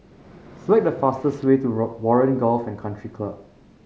select the fastest way to Warren Golf and Country Club